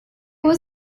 was